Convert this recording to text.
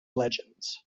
legends